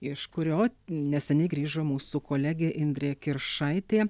iš kurio neseniai grįžo mūsų kolegė indrė kiršaitė